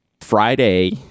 friday